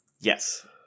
Yes